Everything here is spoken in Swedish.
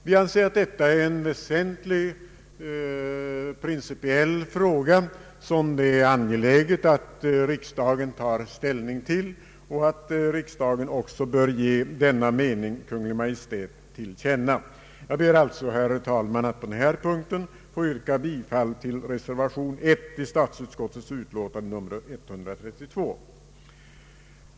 Vi anser att detta är en väsentlig, principiell fråga som det är angeläget att riksdagen tar ställning till och att riksdagen bör ge Kungl. Maj:t sin mening till känna. Jag kommer alltså, herr talman, att på denna punkt yrka bifall till reservation 1 vid statsutskottets utlåtande nr 132.